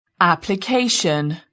application